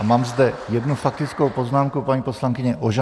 Mám zde jednu faktickou poznámku, paní poslankyně Ožanová.